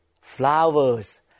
flowers